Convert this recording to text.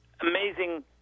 amazing